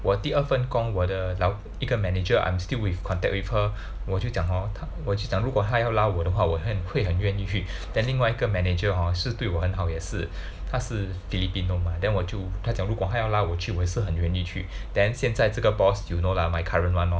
我第二份工我的老一个 manager I'm still with in contact with her 我就讲 hor 他我就讲如果他要拉我的话我会我会很愿意去 then 另外一个 manager hor 是对我很好也是他是 Filipino mah then 我就他讲如果他要拉我去我也是很愿意去 then 现在这个 boss you know lah my current [one] lor